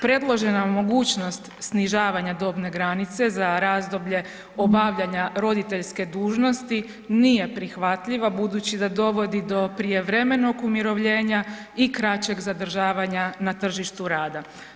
Predložena mogućnost snižavanja dobne granice za razdoblje obavljanja roditeljske dužnosti nije prihvatljiva budući da dovodi do prijevremenog umirovljenja i kraćeg zadržavanja na tržištu rada.